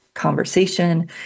Conversation